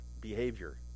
behavior